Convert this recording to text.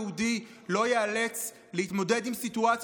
וכדי שאף יהודי לא ייאלץ להתמודד עם סיטואציה